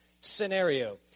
scenario